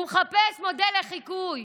הוא מחפש מודל לחיקוי.